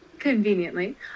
Conveniently